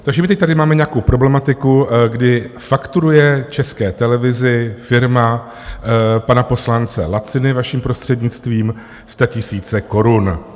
Takže my teď tady máme nějakou problematiku, kdy fakturuje České televizi firma pana poslance Laciny, vaším prostřednictvím, statisíce korun.